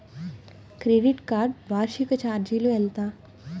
Credit card వార్షిక ఛార్జీలు ఎంత?